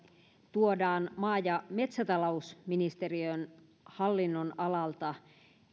tuodaan maa ja metsätalousministeriön hallinnonalalta